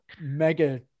mega